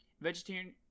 vegetarian